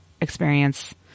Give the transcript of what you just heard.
experience